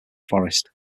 forest